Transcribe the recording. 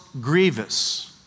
grievous